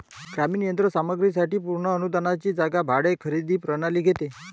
ग्रामीण यंत्र सामग्री साठी पूर्ण अनुदानाची जागा भाडे खरेदी प्रणाली घेते